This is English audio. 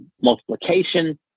multiplication